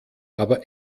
aber